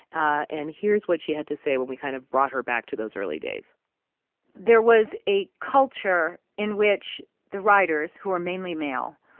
ah and here's what she had to say when we kind of brought her back to those early days there was a culture in which the writers, who are mainly male,